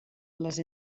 les